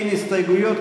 אין הסתייגויות,